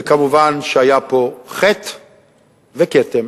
ומובן שהיו פה חטא וכתם.